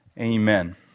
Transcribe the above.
amen